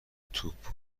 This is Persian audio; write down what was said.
توپ